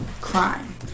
crime